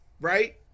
right